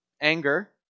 anger